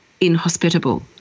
inhospitable